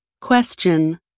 Question